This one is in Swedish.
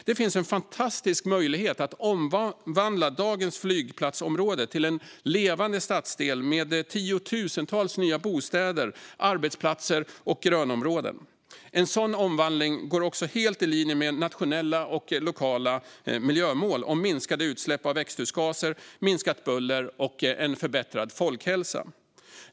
Det finns en fantastisk möjlighet att omvandla dagens flygplatsområde till en levande stadsdel med tiotusentals nya bostäder, arbetsplatser och grönområden. En sådan omvandling går också helt i linje med nationella och lokala miljömål om minskade utsläpp av växthusgaser, minskat buller och förbättrad folkhälsa.